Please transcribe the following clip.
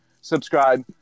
subscribe